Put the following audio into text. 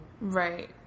Right